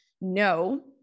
No